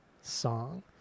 song